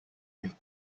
with